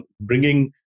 bringing